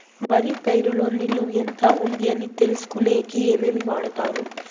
వరి పైరు లో నీళ్లు ఎంత ఉంది అని తెలుసుకునేకి ఏమేమి వాడతారు?